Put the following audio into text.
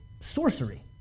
sorcery